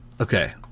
Okay